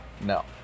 No